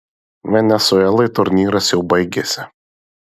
venesuelai turnyras jau baigėsi